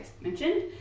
mentioned